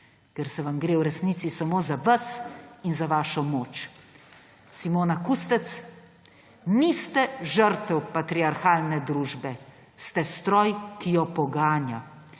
Ker vam gre v resnici samo za vas in za vašo moč. Simona Kustec, niste žrtev patriarhalne družbe, ste stroj, ki jo poganja.